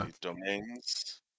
domains